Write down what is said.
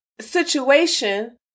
situation